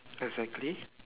exactly